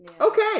okay